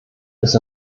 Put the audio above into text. ist